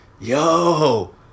yo